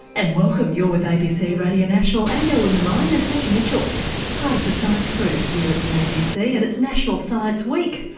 and welcome, you're with abc radio national and all in the mind, natasha mitchell part of the science crew here at the abc and it's national science week,